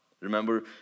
Remember